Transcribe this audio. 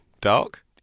dark